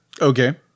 Okay